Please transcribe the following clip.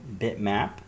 bitmap